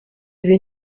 ibi